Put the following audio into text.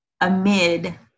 amid